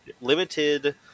limited